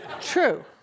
True